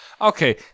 Okay